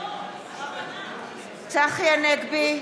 בעד צחי הנגבי,